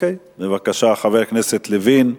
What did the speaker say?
בבקשה, חבר הכנסת לוין.